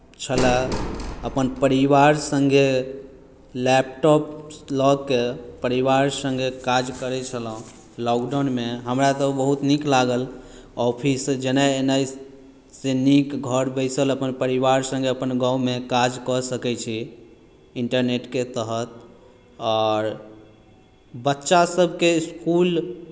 छलय अपन परिवार सङ्गे लैपटॉप लऽ कऽ परिवार सङ्गे काज करैत छलहुँ लॉकडाउनमे हमरा तऽ बहुत नीक लागल ऑफिससँ जेनाय एनायसँ नीक घर बैसल अपन परिवार सङ्गे अपन गाँवमे काज कऽ सकैत छी इंटरनेटके तहत आओर बच्चासभके इस्कुल